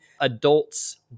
adults